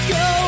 go